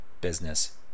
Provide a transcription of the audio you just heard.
business